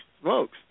smokes